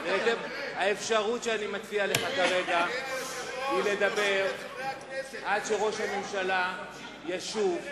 האפשרות שאני מציע לך כרגע היא לדבר עד שראש הממשלה ישוב למליאה.